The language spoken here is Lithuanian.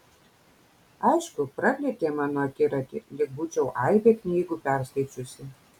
aišku praplėtė mano akiratį lyg būčiau aibę knygų perskaičiusi